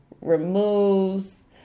removes